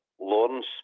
Lawrence